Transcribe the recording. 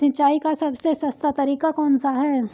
सिंचाई का सबसे सस्ता तरीका कौन सा है?